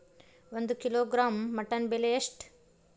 ಒಂದು kilogram mutton ಬೆಲೆ ಎಷ್ಟ್?